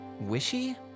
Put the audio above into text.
wishy